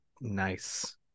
Nice